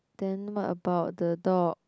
then what about the dog